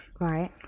Right